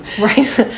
Right